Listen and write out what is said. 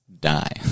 die